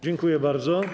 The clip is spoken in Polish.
Dziękuję bardzo.